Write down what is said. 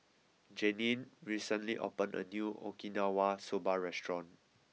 Jeannie recently opened a new Okinawa Soba restaurant